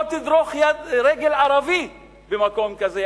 לא תדרוך רגל ערבי במקום כזה.